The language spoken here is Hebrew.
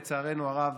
לצערנו הרב,